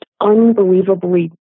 unbelievably